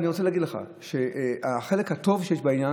ואני רוצה להגיד לך שהחלק הטוב בעניין,